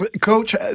Coach